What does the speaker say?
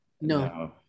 No